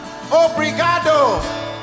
Obrigado